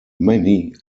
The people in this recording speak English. many